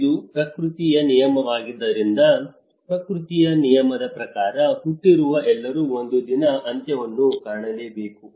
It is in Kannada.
ಇದು ಪ್ರಕೃತಿಯ ನಿಯಮವಾದ್ದರಿಂದ ಪ್ರಕೃತಿಯ ನಿಯಮದ ಪ್ರಕಾರ ಹುಟ್ಟಿರುವ ಎಲ್ಲರೂ ಒಂದು ದಿನ ಅಂತ್ಯವನ್ನು ಕಾಣಲೇಬೇಕು